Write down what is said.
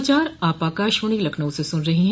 यह समाचार आप आकाशवाणी लखनऊ से सुन रहे हैं